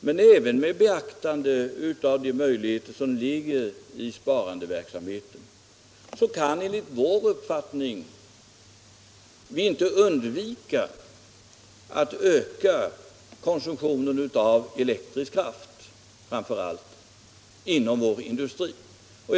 Men även med beaktande av de möjligheter som en sparverksamhet kan ge är det enligt vår uppfattning ofrånkomligt att öka konsumtionen av elektrisk kraft, framför allt inom industrin.